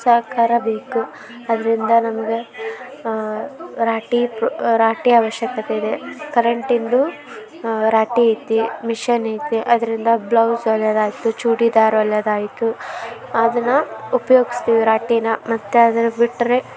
ಸಹಕಾರ ಬೇಕು ಅದರಿಂದ ನಮಗೆ ರಾಟೆ ಪ ರಾಟೆ ಆವಶ್ಯಕತೆ ಇದೆ ಕರೆಂಟಿಂದು ರಾಟೆ ಐತಿ ಮಿಷೆನ್ ಐತೆ ಅದರಿಂದ ಬ್ಲೌಸ್ ಹೊಲಿಯೋದ್ ಆಯಿತು ಚೂಡಿದಾರ್ ಹೊಲಿಯೋದ್ ಆಯಿತು ಅದನ್ನು ಉಪ್ಯೋಗಸ್ತೀವಿ ರಾಟೆನ ಮತ್ತು ಅದನ್ನು ಬಿಟ್ಟರೆ